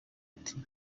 ati